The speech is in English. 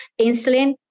insulin